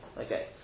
Okay